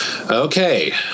Okay